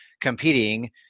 competing